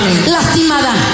Lastimada